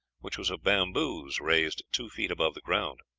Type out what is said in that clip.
which was of bamboos raised two feet above the ground.